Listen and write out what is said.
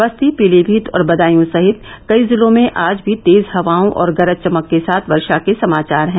बस्ती पीलीभीत और बदायूँ सहित कई जिलों में आज भी तेज हवाओं और गरज चमक के साथ वर्षा के समाचार हैं